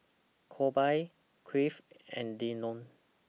Colby Cleve and Dillon